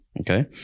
okay